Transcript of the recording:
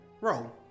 Roll